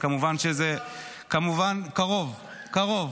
--- קרוב, קרוב.